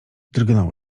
drgnął